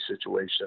situation